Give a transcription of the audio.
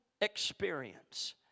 experience